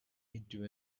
into